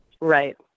Right